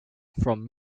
from